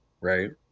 right